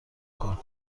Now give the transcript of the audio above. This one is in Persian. کنم